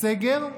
בסגר,